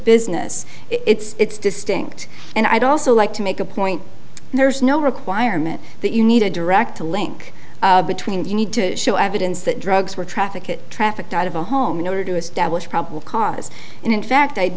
business it's distinct and i'd also like to make a point there's no requirement that you need a direct link between you need to show evidence that drugs were trafficking trafficked out of a home in order to establish probable cause and in fact i